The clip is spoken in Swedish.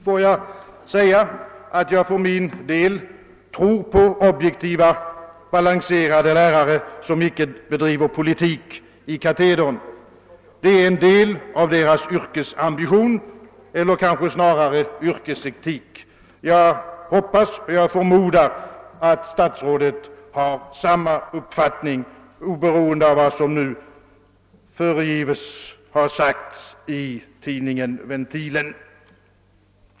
Får jag säga att jag för min del tror på objektiva, balanserade lärare, som icke bedriver politik i katedern. Det är en del av deras yrkesambition eller kanske yrkesetik. Jag hoppas och förmodar att statsrådet har samma uppfattning oberoende av vad som nu föregives ha sagts i tidningen Ventilen.